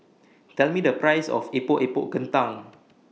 Tell Me The Price of Epok Epok Kentang